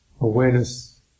Awareness